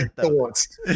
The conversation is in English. thoughts